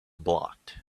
blocked